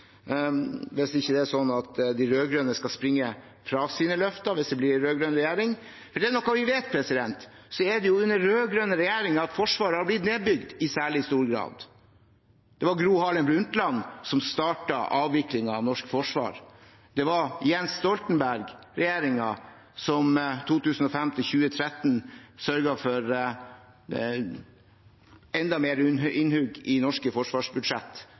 det ikke er sånn at de rød-grønne skal springe fra sine løfter, hvis det blir en rød-grønn regjering. Er det noe vi vet, er det at det er under rød-grønne regjeringer Forsvaret har blitt nedbygd i særlig stor grad. Det var Gro Harlem Brundtland som startet avviklingen av norsk forsvar. Det var Stoltenberg-regjeringen som i 2005–2013 sørget for enda mer innhugg i norske forsvarsbudsjett